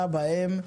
בהם,